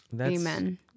Amen